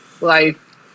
life